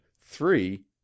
three